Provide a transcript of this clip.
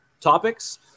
topics